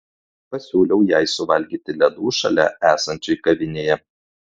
pasiūliau jai suvalgyti ledų šalia esančioj kavinėje